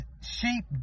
sheep